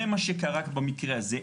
זה מה שקרה במקרה הזה,